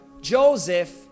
Joseph